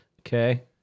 Okay